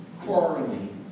quarreling